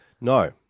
No